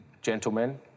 gentlemen